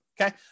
okay